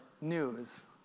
news